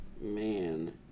man